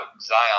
Zion